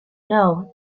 know